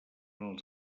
els